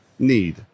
need